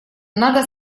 надо